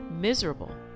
miserable